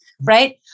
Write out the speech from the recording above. Right